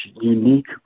unique